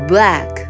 Black